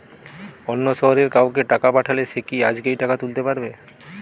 অন্য শহরের কাউকে টাকা পাঠালে সে কি আজকেই টাকা তুলতে পারবে?